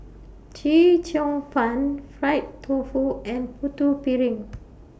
Chee Cheong Fun Fried Tofu and Putu Piring